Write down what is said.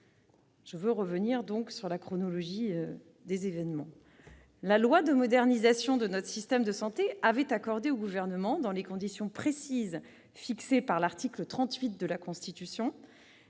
le Sénat en première lecture. La loi de modernisation de notre système de santé avait accordé au Gouvernement, dans les conditions précises fixées par l'article 38 de la Constitution,